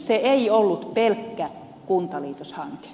se ei ollut pelkkä kuntaliitoshanke